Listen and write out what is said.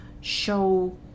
show